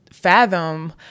fathom